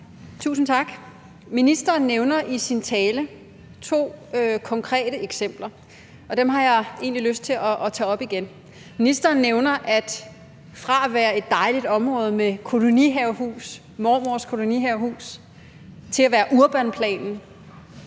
Tusind tak. Ministeren nævner i sin tale to konkrete eksempler, og dem har jeg egentlig lyst til at tage op igen. Ministeren nævner det med, at det fra at være et dejligt område med kolonihavehuse – mormors kolonihavehus – bliver til Urbanplanen,